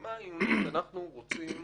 ברמה העיונית אנחנו רוצים